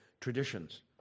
traditions